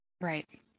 Right